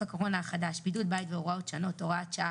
הקורונה החדש) (בידוד בית והוראות שונות) (הוראת שעה),